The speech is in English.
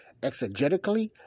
exegetically